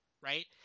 right